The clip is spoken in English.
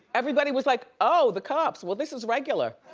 everybody was like, oh the cops, well this is regular.